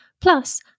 Plus